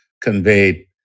conveyed